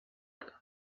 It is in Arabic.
أحد